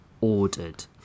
ordered